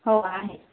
हो आहे